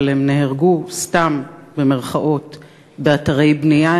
אבל הם נהרגו "סתם" באתרי בנייה.